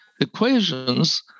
equations